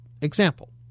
example